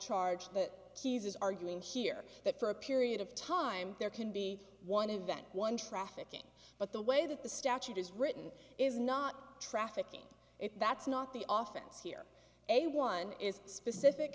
charge that keyes is arguing here that for a period of time there can be one event one trafficking but the way that the statute is written is not trafficking if that's not the office here a one is specific